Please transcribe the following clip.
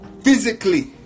Physically